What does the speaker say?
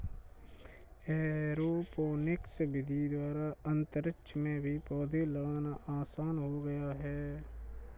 aeroponics विधि द्वारा अंतरिक्ष में भी पौधे लगाना आसान हो गया है